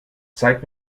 zeig